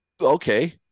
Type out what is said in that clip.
okay